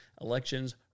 elections